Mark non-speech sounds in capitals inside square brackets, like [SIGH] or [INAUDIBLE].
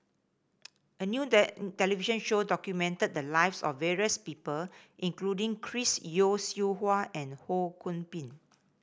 a new [UNINTELLIGIBLE] television show documented the lives of various people including Chris Yeo Siew Hua and Ho Kwon Ping